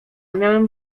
miałem